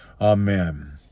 Amen